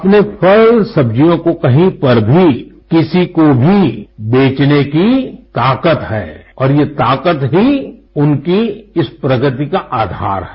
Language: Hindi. अपने फल सब्जियों को कहीं पर भी किसी को भी बेचने की ताकत है और ये ताकत ही उनकी इस प्रगति का आधार है